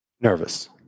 Nervous